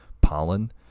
pollen